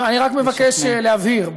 אני רק מבקש להבהיר.